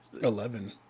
Eleven